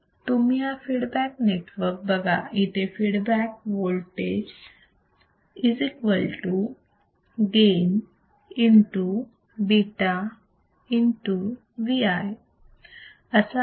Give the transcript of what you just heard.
तुम्ही हा feedback network बघा इथे फीडबॅक वोल्टेज gainβVi असा आहे